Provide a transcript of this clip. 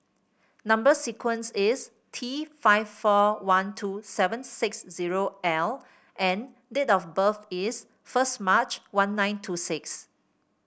number sequence is T five four one two seven six zero L and date of birth is first March one nine two six